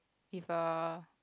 with a